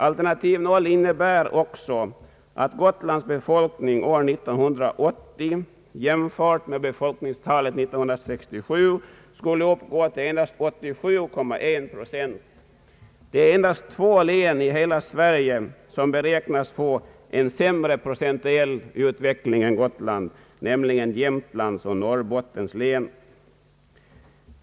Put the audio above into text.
Alternativ 0 innebär också att Gotlands befolkning år 1980 skulle uppgå till endast 87,1 procent av befolkningstalet 1967. Endast två län i hela Sverige beräknas få en sämre procentuell utveckling, nämligen Jämtlands och Norrbottens län.